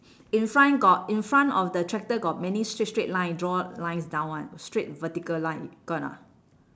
in front got in front of the tractor got many straight straight line draw lines down [one] straight vertical line got or not